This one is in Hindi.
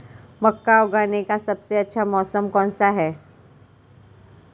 मक्का उगाने का सबसे अच्छा मौसम कौनसा है?